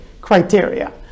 criteria